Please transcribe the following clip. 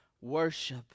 worship